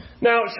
Now